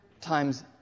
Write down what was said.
times